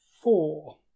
Four